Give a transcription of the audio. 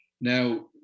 Now